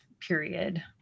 period